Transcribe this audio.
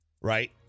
right